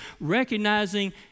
recognizing